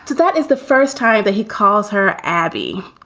that is the first time that he calls her abby.